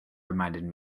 reminded